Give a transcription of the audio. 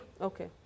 Okay